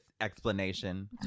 explanation